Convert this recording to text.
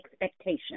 expectation